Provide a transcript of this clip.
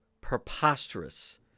preposterous